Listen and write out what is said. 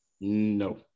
No